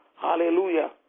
Hallelujah